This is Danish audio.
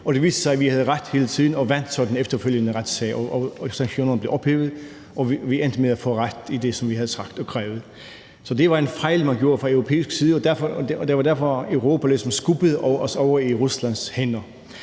det viste sig, at vi havde ret hele tiden, og vi vandt så den efterfølgende retssag, og sanktionerne blev ophævet, og vi endte med at få ret i det, som vi havde sagt og krævet. Så det var en fejl, man gjorde fra europæisk side, og det var derfor, Europa ligesom skubbede os over i Ruslands hænder.